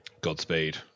Godspeed